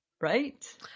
right